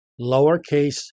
lowercase